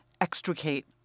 extricate